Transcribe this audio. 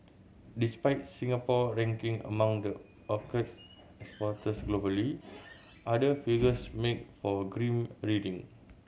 despite Singapore ranking among the orchid exporters globally other figures make for grim reading